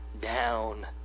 down